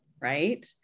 right